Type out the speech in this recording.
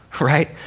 right